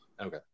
Okay